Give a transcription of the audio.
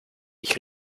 ich